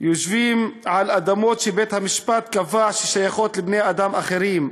יושבים על אדמות שבית-המשפט קבע שהן שייכות לבני-אדם אחרים.